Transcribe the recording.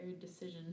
decision